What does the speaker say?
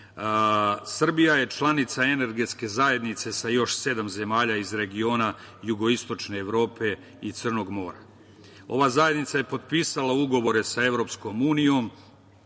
Srbija je članica Energetske zajednice sa još sedam zemalja iz regiona jugoistočne Evrope i Crnog mora. Ova zajednica je potpisala ugovore sa EU. Sadašnji,